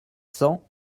cents